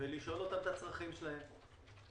לשאול אותם מה הצרכים שלהם,